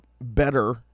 better